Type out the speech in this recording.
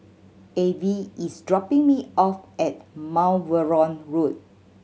Avie is dropping me off at Mount Vernon Road